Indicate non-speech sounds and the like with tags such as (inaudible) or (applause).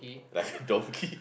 like (noise) donkey